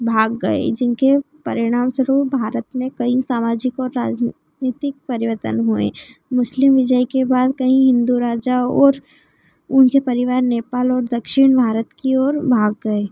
भाग गए जिनके परिणाम स्वरुप भारत में कई सामाजिक और राजनीतिक परिवर्तन हुए मुस्लिम विजय के बाद कई हिन्दू राजा और उनके परिवार नेपाल और दक्षिण भारत की ओर भाग गए